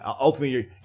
ultimately